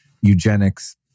eugenics